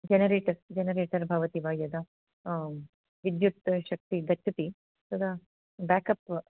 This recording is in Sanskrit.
जनरेटर् जनरेटर् भवति वा यदा विद्युत् शक्तिः गच्छति तदा बेकप्